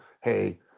hey